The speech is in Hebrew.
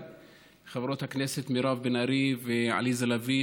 חברות הכנסת מירב בן ארי ועליזה לביא,